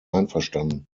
einverstanden